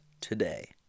today